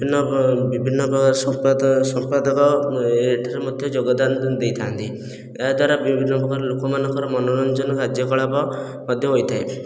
ବିଭିନ୍ନ ବିଭିନ୍ନ ପ୍ରକାର ସଂପାଦ ସମ୍ପାଦକ ଏଠାରେ ମଧ୍ୟ ଯୋଗଦାନ ଦେଇଥାନ୍ତି ଏହାଦ୍ୱାରା ବିଭିନ୍ନ ପ୍ରକାର ଲୋକମାନଙ୍କର ମନୋରଞ୍ଜନ କାର୍ଯ୍ୟକଳାପ ମଧ୍ୟ ହୋଇଥାଏ